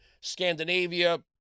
Scandinavia